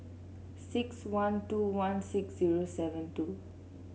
six one two one six zero seven two